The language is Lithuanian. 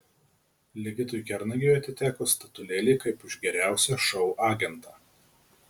ligitui kernagiui atiteko statulėlė kaip už geriausią šou agentą